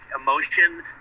emotion